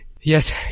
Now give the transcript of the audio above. Yes